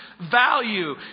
value